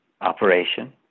operation